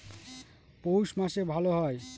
পৌষ মাসে ভালো হয়?